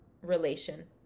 relation